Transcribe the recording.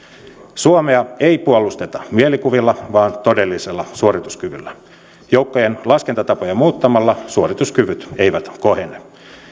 suomea ei puolusteta mielikuvilla vaan todellisella suorituskyvyllä joukkojen laskentatapoja muuttamalla suorituskyvyt eivät kohene